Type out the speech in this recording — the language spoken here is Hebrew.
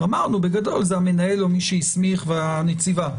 אמרנו בגדול שזה המנהל או מי שהסמיך והנציבה.